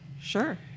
Sure